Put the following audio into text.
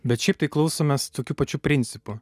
bet šiaip tai klausomės tokiu pačiu principu